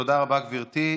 תודה רבה, גברתי.